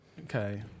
Okay